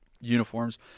uniforms